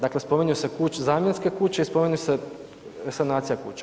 Dakle, spominju se zamjenske kuće i spominju se sanacija kuća.